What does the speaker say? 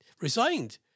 resigned